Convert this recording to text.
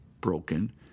broken